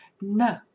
No